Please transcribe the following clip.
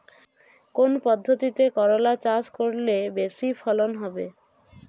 কোন পদ্ধতিতে করলা চাষ করলে বেশি ফলন হবে?